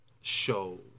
show